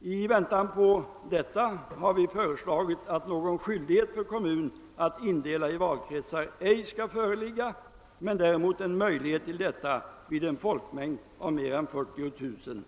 I väntan på detta har vi föreslagit att någon skyldighet för kommun att indela i valkretsar ej skall föreligga men däremot en möjlighet till detta vid en folkmängd av mer än 40 000